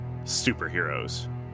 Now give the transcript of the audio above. Superheroes